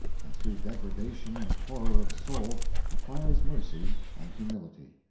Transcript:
and through degradation and horror of soul acquires mercy and humility.